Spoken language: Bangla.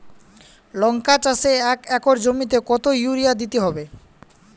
লংকা চাষে এক একর জমিতে কতো ইউরিয়া দিতে হবে?